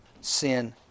sin